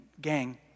gang